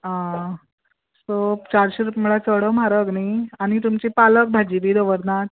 आं सो चारशीं रुपया म्हणल्यार चड म्हारग न्हय आनी तुमचें पालक भाजी बी दवरनात